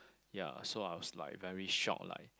ya so I was like very shock like